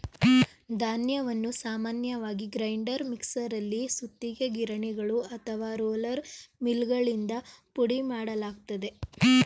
ಧಾನ್ಯವನ್ನು ಸಾಮಾನ್ಯವಾಗಿ ಗ್ರೈಂಡರ್ ಮಿಕ್ಸರಲ್ಲಿ ಸುತ್ತಿಗೆ ಗಿರಣಿಗಳು ಅಥವಾ ರೋಲರ್ ಮಿಲ್ಗಳಿಂದ ಪುಡಿಮಾಡಲಾಗ್ತದೆ